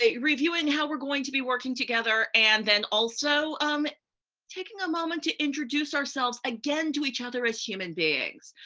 ah reviewing how we're going to be working together, and then also um taking a moment to introduce ourselves, again, to each other as human beings.